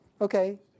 Okay